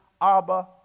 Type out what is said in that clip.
Abba